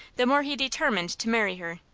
the more he determined to marry her,